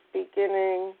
beginning